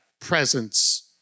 presence